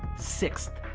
sixth,